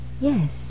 Yes